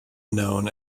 known